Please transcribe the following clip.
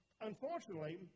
unfortunately